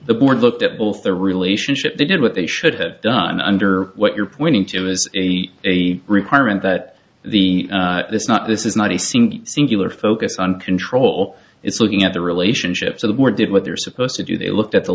the board looked at both the relationship they did what they should have done under what you're pointing to as a requirement that the this is not this is not a single singular focus on control it's looking at the relationships of the war did what they're supposed to do they looked at the